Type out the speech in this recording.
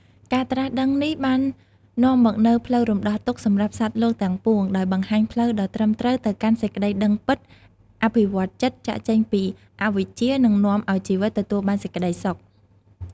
ការត្រាស់ដឹងនេះបាននាំមកនូវផ្លូវរំដោះទុក្ខសម្រាប់សត្វលោកទាំងពួង ដោយបង្ហាញផ្លូវដ៏ត្រឹមត្រូវទៅកាន់សេចក្ដីដឹងពិត អភិវឌ្ឍន៍ចិត្ត ចាកចេញពីអវិជ្ជា និងនាំឲ្យជីវិតទទួលបានសេចក្ដីសុខ។